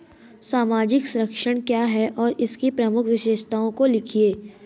सामाजिक संरक्षण क्या है और इसकी प्रमुख विशेषताओं को लिखिए?